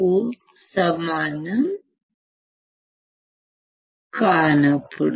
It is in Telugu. కు సమానం కానప్పుడు